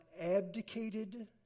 abdicated